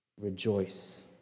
Rejoice